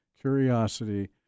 curiosity